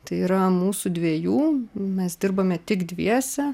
tai yra mūsų dviejų mes dirbame tik dviese